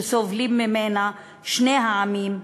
שסובלים ממנה שני העמים,